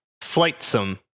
Flightsome